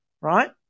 right